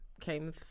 Came